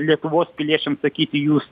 lietuvos piliečiams sakyti jūs